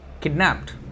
kidnapped